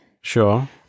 Sure